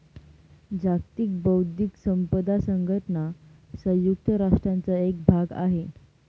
जागतिक बौद्धिक संपदा संघटना संयुक्त राष्ट्रांचा एक भाग आहे